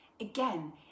Again